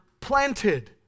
planted